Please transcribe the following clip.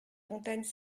fontaines